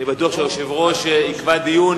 אני בטוח שהיושב-ראש ימהר ויקבע דיון